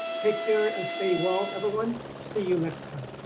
take care and stay well everyone. see you next time.